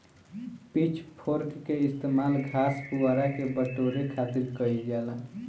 pitch fork के इस्तेमाल घास, पुआरा के बटोरे खातिर कईल जाला